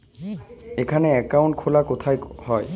এখানে অ্যাকাউন্ট খোলা কোথায় হয়?